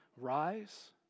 rise